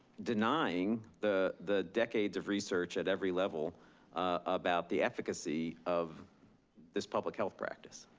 denying the the decades of research at every level about the efficacy of this public health practice.